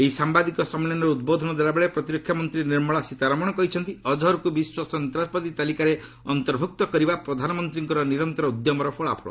ଏହି ସାମ୍ଭାଦିକ ସମ୍ମିଳନୀରେ ଉଦ୍ବୋଧନ ଦେଲାବେଳେ ପ୍ରତିରକ୍ଷା ମନ୍ତ୍ରୀ ନିର୍ମଳା ସୀତାମରଣ କହିଛନ୍ତି ଅଜହରକୁ ବିଶ୍ୱ ସନ୍ତାସବାଦୀ ତାଲିକାରେ ଅନ୍ତର୍ଭୁକ୍ତ କରିବା ପ୍ରଧାନମନ୍ତ୍ରୀଙ୍କର ନିରନ୍ତର ଉଦ୍ୟମର ଫଳାଫଳ